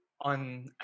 on